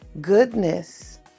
goodness